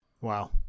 Wow